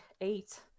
Eight